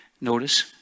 Notice